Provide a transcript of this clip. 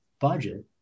budget